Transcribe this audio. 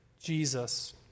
Jesus